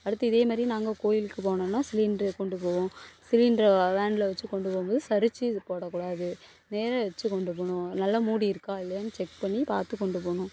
அடுத்து இதேமாதிரி நாங்கள் கோயிலுக்கு போனோன்னா சிலிண்டரை கொண்டு போவோம் சிலிண்டரை வேனில் வச்சு கொண்டு போகும் போது சறிச்சு இது போடாக்கூடாது நேராக வச்சு கொண்டு போகணும் நல்லா மூடி இருக்கா இல்லையான்னு செக் பண்ணி பார்த்து கொண்டு போகணும்